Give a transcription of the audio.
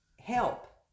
help